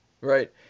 Right